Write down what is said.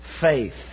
faith